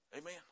Amen